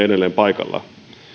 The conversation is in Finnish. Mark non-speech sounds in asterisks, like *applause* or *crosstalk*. *unintelligible* edelleen paikallaan